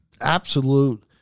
absolute